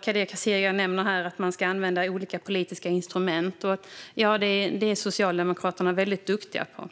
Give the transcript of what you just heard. Kadir Kasirga nämner här att man ska använda olika politiska instrument. Det är Socialdemokraterna väldigt duktiga på.